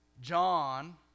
John